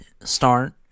start